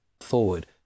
forward